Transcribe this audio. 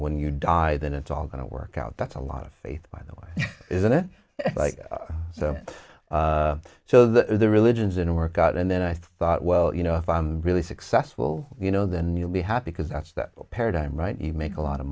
when you die then it's all gonna work out that's a lot of faith by the way isn't it like so so the religions in a work out and then i thought well you know if i'm really successful you know then you'll be happy because that's that paradigm right you make a lot of